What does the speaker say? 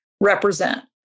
represent